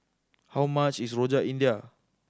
how much is Rojak India